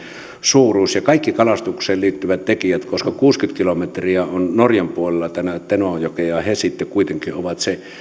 suuruus ja kaikki kalastukseen liittyvät tekijät koska kuusikymmentä kilometriä on norjan puolella tätä tenojokea ja he sitten kuitenkin ovat se